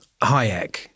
Hayek